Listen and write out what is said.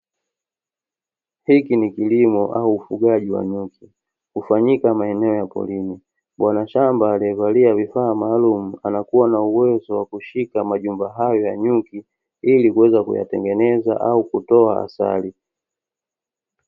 Hiki ni kilimo au ufugaji wa miti, hufanyika maeneo ya porini. Bwana shamba aliyevalia vifaa maalumu anakuwa na uwezo wa kushika majumba hayo ya nyuki ili kuweza kuyatengeneza au kutoa asali.